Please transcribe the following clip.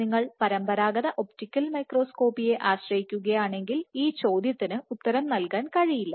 നിങ്ങൾ പരമ്പരാഗത ഒപ്റ്റിക്കൽ മൈക്രോസ്കോപ്പിയെ ആശ്രയിക്കുകയാണെങ്കിൽ ഈ ചോദ്യത്തിന് ഉത്തരം നൽകാൻ കഴിയില്ല